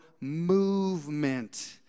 movement